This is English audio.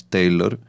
Taylor